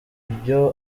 byo